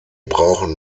brauchen